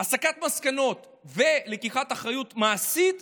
הסקת מסקנות ולקיחת אחריות מעשית,